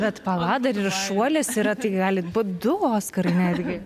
bet pala dar ir šuolis yra tai gali būt du oskarai net gi